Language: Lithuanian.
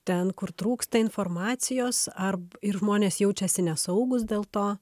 ten kur trūksta informacijos ar ir žmonės jaučiasi nesaugūs dėl to